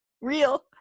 Real